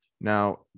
now